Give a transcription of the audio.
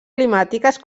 climàtiques